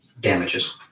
damages